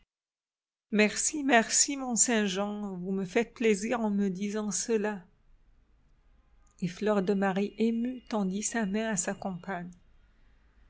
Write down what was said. merci merci mont-saint-jean vous me faites plaisir en me disant cela et fleur de marie émue tendit sa main à sa compagne